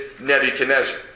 Nebuchadnezzar